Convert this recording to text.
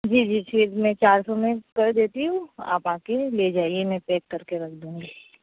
جی جی ٹھیک میں چار سو میں کر دیتی ہوں آپ آ کے لے جائیے میں پیک کر کے رکھ دوں گی